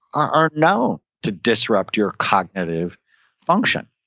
are known to disrupt your cognitive function.